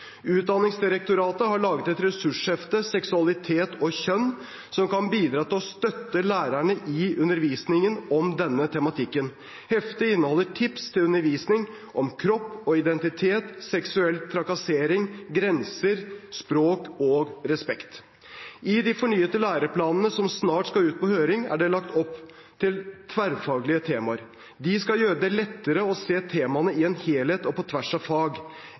Utdanningsdirektoratet har laget et ressurshefte, Seksualitet og kjønn, som kan bidra til å støtte lærerne i undervisningen om denne tematikken. Heftet inneholder tips til undervisning om kropp og identitet, seksuell trakassering, grenser, språk og respekt. I de fornyede læreplanene som snart skal ut på høring, er det lagt opp til tverrfaglige temaer. De skal gjøre det lettere å se temaene i en helhet og på tvers av fag.